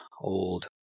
old